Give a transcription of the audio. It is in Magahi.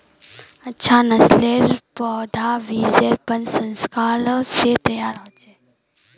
अच्छा नासलेर पौधा बिजेर प्रशंस्करण से तैयार होचे